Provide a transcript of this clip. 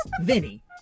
Vinny